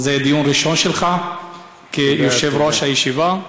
זה דיון ראשון שלך כיושב-ראש הישיבה.